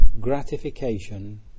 Gratification